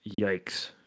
Yikes